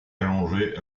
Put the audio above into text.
allongé